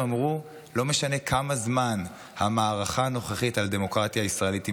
הם אמרו: לא משנה כמה זמן המערכה הנוכחית על הדמוקרטיה הישראלית תימשך,